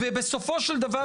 בסופו של דבר,